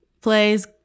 plays